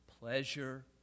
pleasure